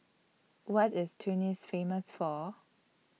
What IS Tunis Famous For